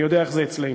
אני יודע איך זה אצלנו.